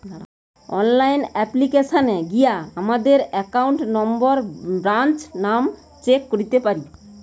online অ্যাপ্লিকেশানে গিয়া আমাদের একাউন্ট নম্বর, ব্রাঞ্চ নাম চেক করতে পারি